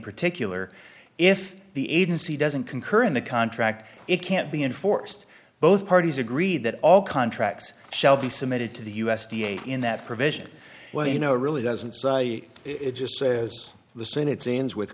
particular if the agency doesn't concur in the contract it can't be enforced both parties agree that all contracts shall be submitted to the u s d a in that provision well you know it really doesn't it just says the senate scenes with